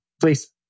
please